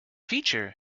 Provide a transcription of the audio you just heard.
feature